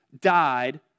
died